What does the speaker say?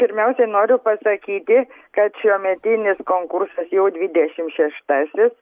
pirmiausiai noriu pasakyti kad šiuometinis konkursas jau dvidešimt šeštasis